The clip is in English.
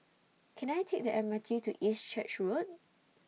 Can I Take The M R T to East Church Road